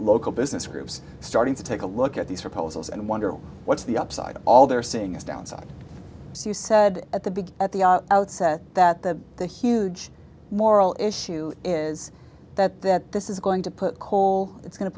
local business groups starting to take a look at these proposals and wonder what's the upside all they're seeing is downside as you said at the big at the outset that the the huge moral issue is that that this is going to put coal it's going